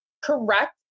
Correct